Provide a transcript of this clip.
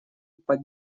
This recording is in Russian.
под